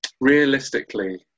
realistically